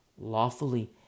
lawfully